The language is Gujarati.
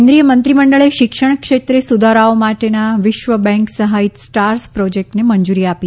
કેન્દ્રીય મંત્રી મંડળે શિક્ષણ ક્ષેત્રે સુધારાઓ માટેના વિશ્વબેંક સહાયિત સ્ટાર્સ પ્રોજેક્ટને મંજૂરી આપી